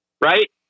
right